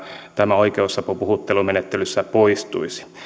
tämä oikeusapu puhuttelumenettelyssä poistuisi näiltä